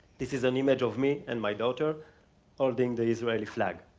this is an image of me and my daughter holding the israeli flag.